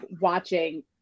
watching